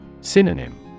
Synonym